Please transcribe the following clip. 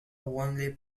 only